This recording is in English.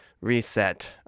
reset